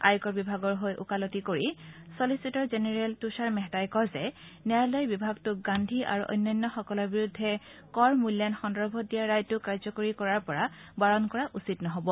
আয়কৰ বিভাগৰ হৈ ওকালতি কৰি ছলছিটৰ জেনেৰেল তুষাৰ মেহতাই কয় যে ন্যায়ালয়ে বিভাগটোক গান্ধী আৰু অন্যান্যসকলৰ বিৰুদ্ধে কৰ মূল্যায়ন সন্দৰ্ভত দিয়া ৰায়টোক কাৰ্যকৰী কৰাৰ পৰা বাৰন কৰা উচিত নহ'ব